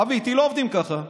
אבי, איתי לא עובדים ככה.